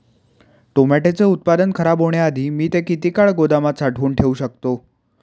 टोमॅटोचे उत्पादन खराब होण्याआधी मी ते किती काळ गोदामात साठवून ठेऊ शकतो?